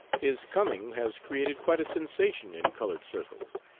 his coming has created quite a sensation in colored circles,